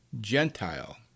Gentile